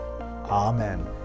Amen